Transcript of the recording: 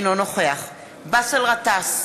אינו נוכח באסל גטאס,